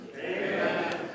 Amen